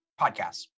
podcasts